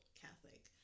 Catholic